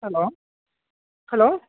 hello hello